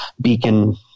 Beacon